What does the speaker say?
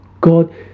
God